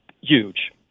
Huge